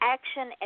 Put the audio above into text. Action